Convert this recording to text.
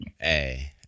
Hey